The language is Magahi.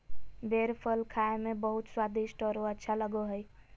बेर फल खाए में बहुत स्वादिस्ट औरो अच्छा लगो हइ